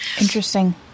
Interesting